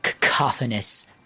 cacophonous